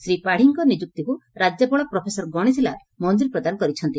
ଶ୍ରୀ ପାତିଙ୍କ ନିଯୁକ୍ତିକୁ ରାକ୍ୟପାଳ ପ୍ରଫେସର ଗଣେଶୀ ଲାଲ ମଞ୍ଚୁରୀ ପ୍ରଦାନ କରିଛନ୍ତି